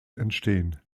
entstehen